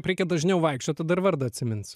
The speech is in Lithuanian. reikia dažniau vaikščiot tada ir vardą atsiminsiu